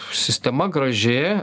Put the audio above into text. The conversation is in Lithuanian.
sistema graži